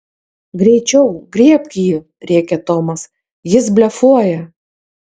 greičiau griebk jį rėkė tomas jis blefuoja